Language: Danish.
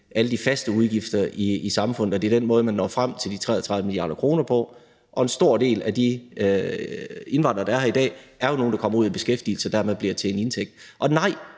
alle de faste udgifter i samfundet, og det er den måde, man når frem til de 33 mia. kr. på, og en stor del af de indvandrere, der er her i dag, er jo nogle, der kommer ud i beskæftigelse og dermed bliver til en indtægt. Og nej,